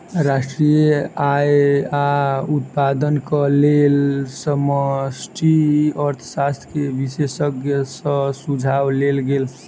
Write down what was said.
राष्ट्रीय आय आ उत्पादनक लेल समष्टि अर्थशास्त्र के विशेषज्ञ सॅ सुझाव लेल गेल